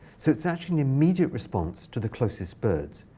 so it's actually an immediate response to the closest birds.